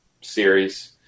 series